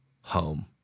home